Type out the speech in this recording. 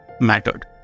mattered